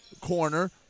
corner